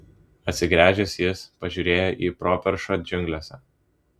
atsigręžęs jis pažiūrėjo į properšą džiunglėse